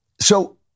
So-